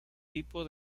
tipo